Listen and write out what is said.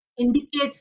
indicates